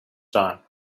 time